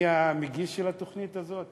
מי המגיש של התוכנית הזאת?